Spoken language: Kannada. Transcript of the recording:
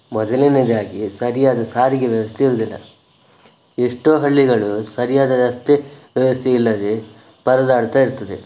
ಮೊದಲನೆಯದಾಗಿ ಸರಿಯಾದ ಸಾರಿಗೆ ವ್ಯವಸ್ಥೆ ಇರುವುದಿಲ್ಲ ಎಷ್ಟೋ ಹಳ್ಳಿಗಳು ಸರಿಯಾದ ರಸ್ತೆ ವ್ಯವಸ್ಥೆ ಇಲ್ಲದೆ ಪರದಾಡ್ತಾ ಇರ್ತದೆ